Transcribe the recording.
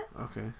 Okay